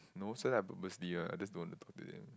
no it's just that I purposely [one] I just don't want to talk to them